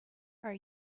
are